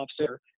officer